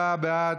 34 בעד,